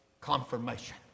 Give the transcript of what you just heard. Confirmation